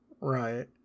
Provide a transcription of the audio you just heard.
Right